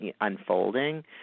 unfolding